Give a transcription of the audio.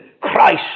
Christ